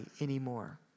anymore